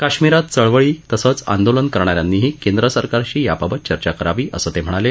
काश्मिरात चळवळी तसंच आंदोलन करणाऱ्यांनीही केंद्र सरकारशी याबाबत चर्चा करावी असं ते म्हणाले